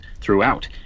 throughout